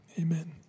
amen